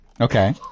Okay